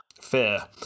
Fear